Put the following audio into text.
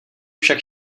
však